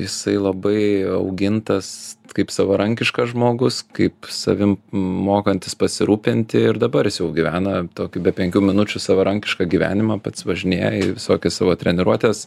jisai labai augintas kaip savarankiškas žmogus kaip savim mokantis pasirūpinti ir dabar jis jau gyvena tokį be penkių minučių savarankišką gyvenimą pats važinėja į visokias savo treniruotes